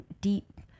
deep